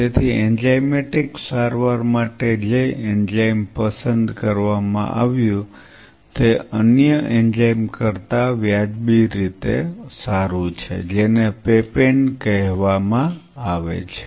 તેથી એન્ઝાઇમેટિક સારવાર માટે જે એન્ઝાઇમ પસંદ કરવામાં આવ્યું તે અન્ય એન્ઝાઇમ કરતાં વ્યાજબી રીતે સારું છે જેને પેપેન કહેવામાં આવે છે